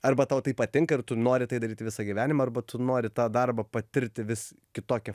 arba tau tai patinka ir tu nori tai daryti visą gyvenimą arba tu nori tą darbą patirti vis kitokia